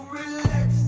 relax